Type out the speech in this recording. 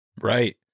Right